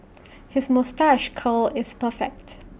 his moustache curl is perfect